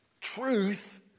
truth